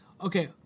Okay